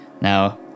now